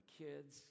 kids